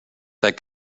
that